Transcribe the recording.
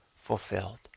fulfilled